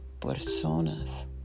personas